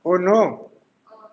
oh no